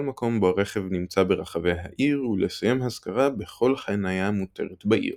מקום בו הרכב נמצא ברחבי העיר ולסיים השכרה בכל חניה מותרת בעיר.